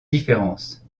différences